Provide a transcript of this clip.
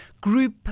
group